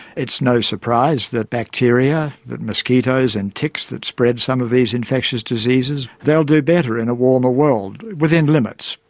it's no surprise that bacteria, that mosquitoes and ticks that spread some of these infectious diseases, they'll do better in a warmer world, within limits.